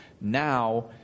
now